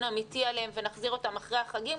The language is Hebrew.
אמיתי עליהם ונחזיר אותם אחרי החגים,